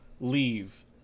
leave